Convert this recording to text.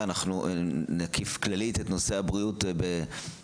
אנחנו נקיף כללית את הנושא של הבריאות באילת.